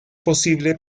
posible